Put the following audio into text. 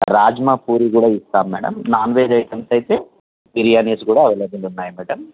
రాజ్మా పూరీ గూడా ఇస్తాం madam non veg items అయితే బిర్యానీస్ కూడా అవేలబులు ఉన్నాయి మేడం